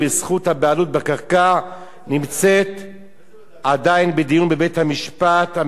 חבר הכנסת, תתחיל בבקשה.